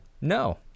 no